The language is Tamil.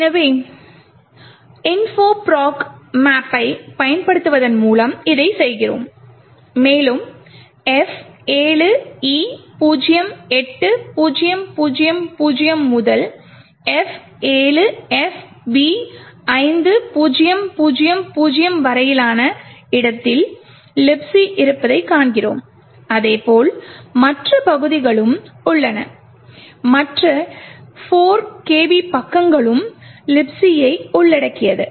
எனவே gdb info proc map யை பயன்படுத்துவதன் மூலம் இதைச் செய்கிறோம் மேலும் F7E08000 முதல் F7FB5000 வரையிலான இடத்தில் Libc இருப்பதைக் காண்கிறோம் அதேபோல் மற்ற பகுதிகளும் உள்ளன மற்ற 4 KB பக்கங்களும் Libc யை உள்ளடக்கியது